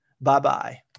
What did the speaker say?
Bye-bye